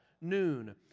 noon